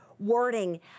wording